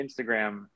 Instagram